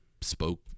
spoke